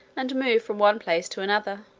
and move from one place to another.